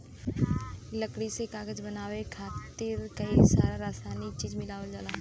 लकड़ी से कागज बनाये खातिर कई सारा रासायनिक चीज मिलावल जाला